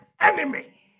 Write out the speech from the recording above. enemy